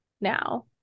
now